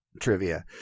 trivia